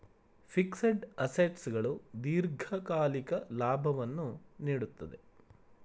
fixed assets ಗಳು ದೀರ್ಘಕಾಲಿಕ ಲಾಭವನ್ನು ನೀಡುತ್ತದೆ